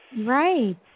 Right